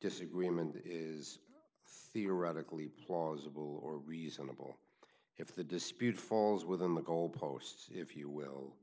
disagreement is theoretically plausible or reasonable if the dispute falls within the goalposts if you will